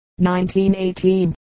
1918